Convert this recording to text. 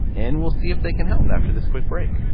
and we'll see if they can help after this quick break